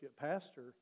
pastor